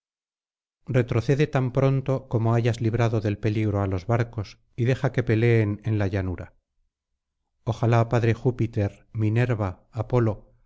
retrocede tan pronto como hayas librado del peligro á los barcos y deja que peleen en la llanura ojalá padre júpiter minerva apolo